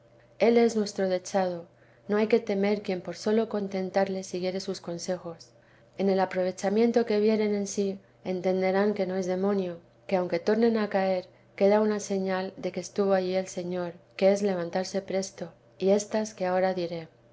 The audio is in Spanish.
él es nuestro dechado no hay que temer quien por sólo contentarle siguiere sus consejos en el aprovechamiento que vieren en sí entenderán que no es demonio que aunque tornen a caer queda una señal de que estuvo allí el señor que es levantarse presto y éstas que ahora diré